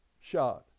shot